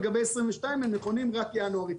לגבי 2022 הם נכונים רק ינואר.